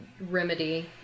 remedy